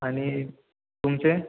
आणि तुमचे